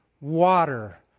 water